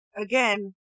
again